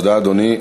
תודה, אדוני.